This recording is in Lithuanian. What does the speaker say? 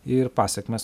ir pasekmes